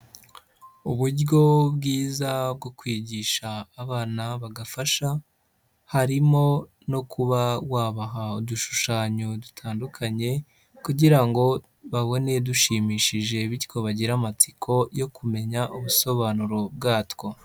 Uburyo bwiza bwo kwigisha abana bagafasha harimo no kuba wabaha udushushanyo dutandukanye kugira ngo babone dushimishije, bityo bagire amatsiko yo kumenya ubusobanuro bwatwo.